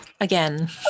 again